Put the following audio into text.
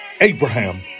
Abraham